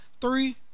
Three